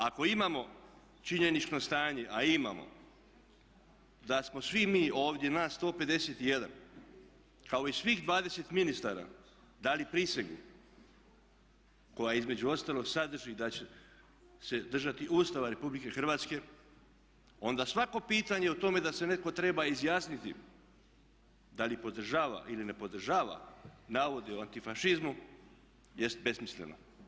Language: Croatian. Ako imamo činjenično stanje a imamo da smo svi mi ovdje nas 151 kao i svih 20 ministara dali prisegu koja između ostalog sadrži da će se držati Ustava Republike Hrvatske onda svako pitanje o tome da se netko treba izjasniti da li podržava ili ne podržava navode o antifašizmu jest besmisleno.